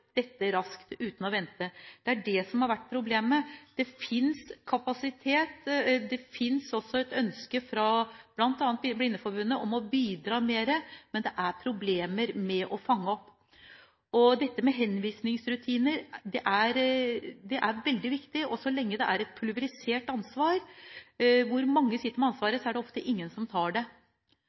dette raskt, uten å vente? Det er det som har vært problemet. Det finnes kapasitet. Det finnes også et ønske fra bl.a. Blindeforbundet om å bidra mer, men problemet er å fange opp dem som trenger det. Når det gjelder henvisningsrutiner, er det veldig viktig. Så lenge det er et pulverisert ansvar, hvor mange sitter med ansvaret, er det ofte ingen som tar det,